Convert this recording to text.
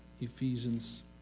Ephesians